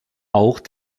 auch